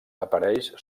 apareix